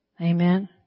Amen